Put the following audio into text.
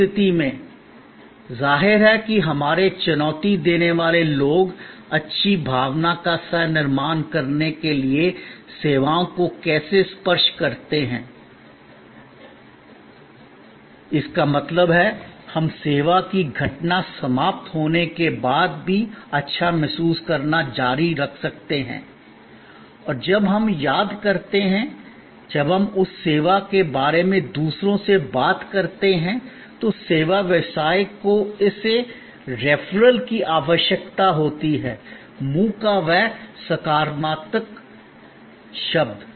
उस स्थितीमें जाहिर है कि हमारे चुनौती देने वाले लोग अच्छी भावना का सह निर्माण करने के लिए सेवाओं को कैसे स्पर्श करते हैं इसका मतलब है हम सेवा की घटना समाप्त होने के बाद भी अच्छा महसूस करना जारी रख सकते हैं और जब हम याद करते हैं और जब हम उस सेवा के बारे में दूसरों से बात करते हैं तो सेवा व्यवसाय को उस रेफरल की आवश्यकता होती है मुंह का वह सकारात्मक शब्द